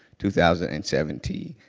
two thousand and seventeen,